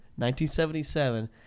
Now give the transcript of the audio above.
1977